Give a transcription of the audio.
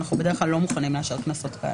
אנחנו בדרך כלל לא מוכנים לאשר קנסות כאלה.